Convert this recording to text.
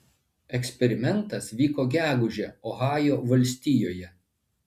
eksperimentas vyko gegužę ohajo valstijoje